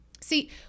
See